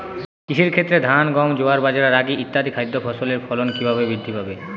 কৃষির ক্ষেত্রে ধান গম জোয়ার বাজরা রাগি ইত্যাদি খাদ্য ফসলের ফলন কীভাবে বৃদ্ধি পাবে?